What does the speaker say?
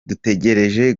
dutegereje